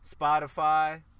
Spotify